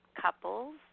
couples